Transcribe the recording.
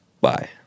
bye